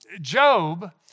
Job